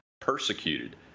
persecuted